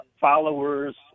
followers